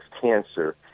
cancer